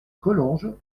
collonges